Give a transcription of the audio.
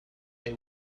they